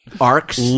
arcs